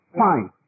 fine